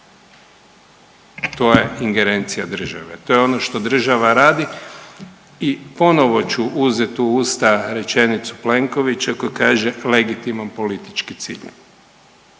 To je ingerencija države, to je ono što država radi i ponovo ću uzeti u usta rečenicu Plenkovića koji kaže, legitiman politički cilj.